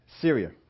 Syria